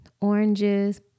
oranges